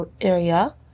area